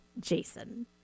Jason